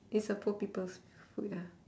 this a poor people's food ah